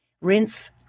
rinse